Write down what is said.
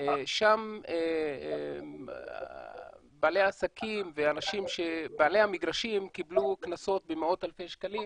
שם בעלי עסקים ובעלי המגרשים קיבלו קנסות במאות אלפי שקלים